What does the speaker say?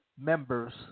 members